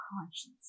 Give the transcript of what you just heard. conscience